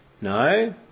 No